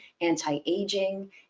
anti-aging